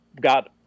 got